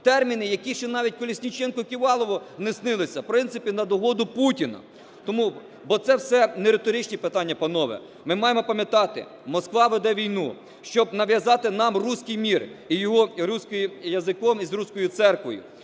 терміни, які ще навіть Колесніченку і Ківалову не снилися, в принципі на догоду Путіну. Тому, бо це все – не риторичні питання, панове. Ми маємо пам'ятати: Москва веде війну, щоб нав'язати нам русский мир з його русским языком, з Русской Церковью.